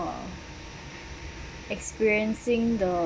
experiencing the